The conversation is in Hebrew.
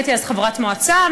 הייתי אז חברת מועצה,